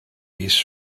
mis